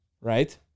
right